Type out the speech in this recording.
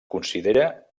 considera